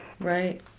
Right